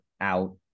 out